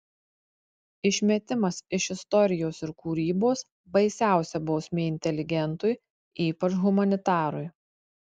išmetimas iš istorijos ir kūrybos baisiausia bausmė inteligentui ypač humanitarui